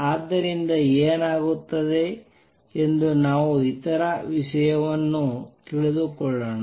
ಆದ್ದರಿಂದ ಏನಾಗುತ್ತದೆ ಎಂದು ನಾವು ಇತರ ವಿಷಯವನ್ನು ತೆಗೆದುಕೊಳ್ಳೋಣ